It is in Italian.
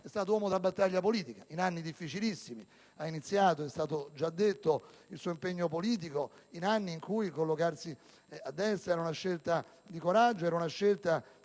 È stato uomo della battaglia politica in anni difficilissimi. Ha iniziato il suo impegno politico in anni in cui collocarsi a destra era una scelta di coraggio e difficile